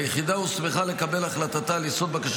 היחידה הוסמכה לקבל החלטתה על יסוד בקשה